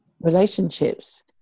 relationships